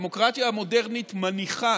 הדמוקרטיה המודרנית מניחה